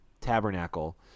tabernacle